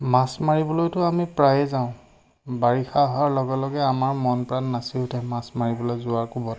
মাছ মাৰিবলৈতো আমি প্ৰায়ে যাওঁ বাৰিষা অহাৰ লগে লগে আমাৰ মন প্ৰাণ নাচি উঠে মাছ মাৰিবলৈ যোৱাৰ কোবত